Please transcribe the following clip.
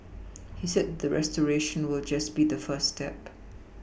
he said the restoration will just be the first step